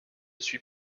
suis